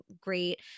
great